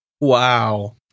Wow